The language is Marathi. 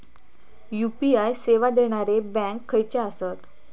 यू.पी.आय सेवा देणारे बँक खयचे आसत?